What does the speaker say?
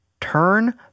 turn